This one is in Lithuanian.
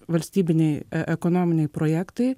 valstybiniai e ekonominiai projektai